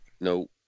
No